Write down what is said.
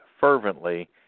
fervently